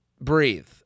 breathe